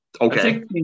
Okay